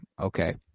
okay